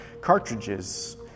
cartridges